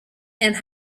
and